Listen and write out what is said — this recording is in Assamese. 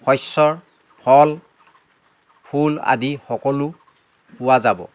শস্যৰ ফল ফুল আদি সকলো পোৱা যাব